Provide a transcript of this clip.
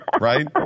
Right